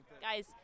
guys